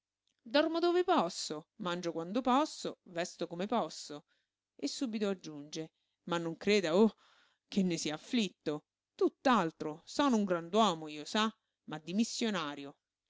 dormo dove posso mangio quando posso vesto come posso e subito subito aggiunge ma non creda oh che ne sia afflitto tutt'altro sono un grand'uomo io sa ma dimissionario